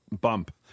bump